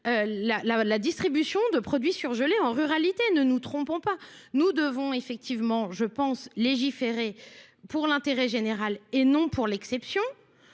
la distribution de produits surgelés en ruralité. Ne nous trompons pas. Nous devons effectivement, je pense, légiférer pour l'intérêt général et non pour l'exception.